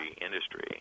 industry